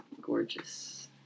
gorgeous